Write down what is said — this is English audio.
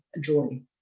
joy